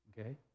Okay